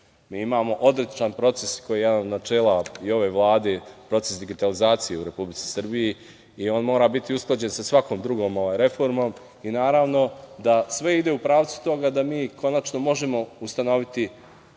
Mi imamo odličan proces i kao jedan od načela i ove Vlade je proces digitalizacije u Republici Srbiji i on mora biti usklađen sa svakom drugom reformom i naravno da sve ide u pravcu toga da mi konačno možemo ustanoviti